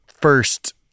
first